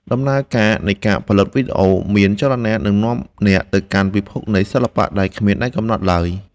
ដំណើរការនៃការផលិតវីដេអូមានចលនានឹងនាំអ្នកទៅកាន់ពិភពនៃសិល្បៈដែលគ្មានដែនកំណត់ឡើយ។